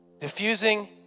Diffusing